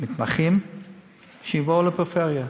מתמחים שיבואו לפריפריה.